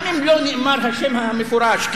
גם אם לא נאמר השם המפורש,